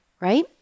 right